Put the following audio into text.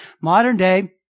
modern-day